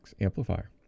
Amplifier